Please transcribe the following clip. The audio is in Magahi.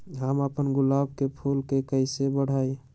हम अपना गुलाब के फूल के कईसे बढ़ाई?